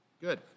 Good